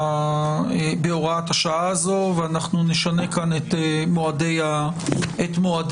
בהוראת השעה הזו ואנחנו נשנה את מועדי הדיווח.